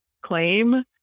claim